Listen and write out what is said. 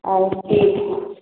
अच्छा ठीक छै